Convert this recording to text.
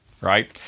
right